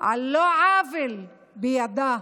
על לא עוול בכפה.